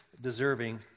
deserving